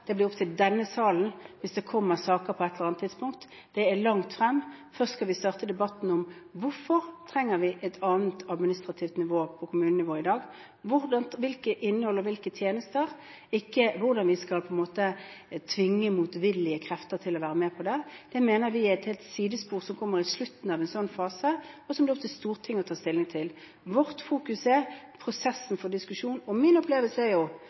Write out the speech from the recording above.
Det blir opp til denne salen, hvis det kommer saker på et eller annet tidspunkt. Det er langt frem. Først skal vi starte debatten om hvorfor vi trenger et annet administrativt nivå på kommunenivået i dag – hvilket innhold og hvilke tjenester – ikke hvordan vi skal tvinge motvillige krefter til å være med på det. Det mener vi er et sidespor som kommer i slutten av en sånn fase, som det er opp til Stortinget å ta stilling til. Vårt fokus er prosessen for diskusjon. Min opplevelse er jo,